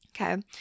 okay